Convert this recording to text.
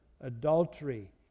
adultery